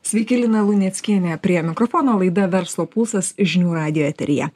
sveiki lina luneckienė prie mikrofono laida verslo pulsas žinių radijo eteryje